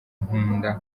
nkunda